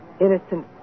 innocent